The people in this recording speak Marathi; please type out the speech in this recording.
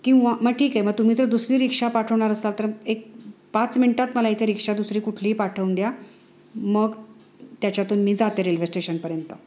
किंवा मग ठीक आहे मग तुम्ही जर दुसरी रिक्षा पाठवणार असाल तर एक पाच मिनटात मला इथे रिक्षा दुसरी कुठलीही पाठवून द्या मग त्याच्यातून मी जाते रेल्वे स्टेशनपर्यंत